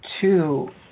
two